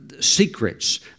secrets